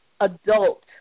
adult